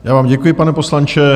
Já vám děkuji, pane poslanče.